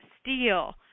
steel